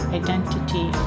identity